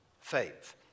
faith